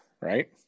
Right